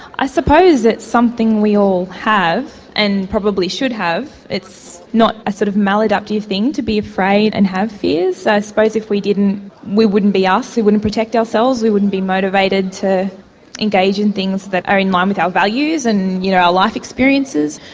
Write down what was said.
i suppose it's something we all have, and probably should have, it's not a sort of maladaptive thing to be afraid and have fears. i suppose if we didn't we wouldn't be us, we wouldn't protect ourselves, we wouldn't be motivated to engage in things that are in line with our values and you know our life experiences.